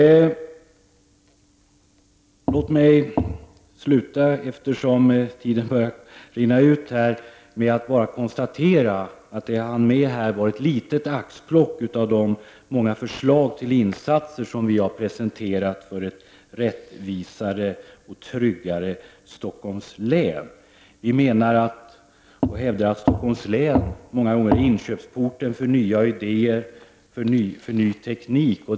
Eftersom min taletid nu börjar rinna ut vill jag avslutningsvis konstatera att det jag här hunnit ta upp är ett axplock av de många förslag till insatser som vi har presenterat för ett rättvisare och tryggare Stockholms län. Vi hävdar att Stockholms län många gånger utgör en inkörsport för nya idéer och ny teknik.